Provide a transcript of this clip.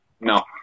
no